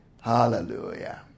Hallelujah